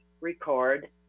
record